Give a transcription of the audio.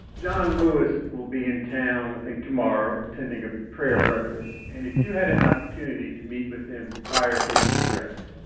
john lewis will be in town, i think, tomorrow, attending a prayer breakfast. and if you had an opportunity to meet with him prior to his address,